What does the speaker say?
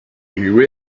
hear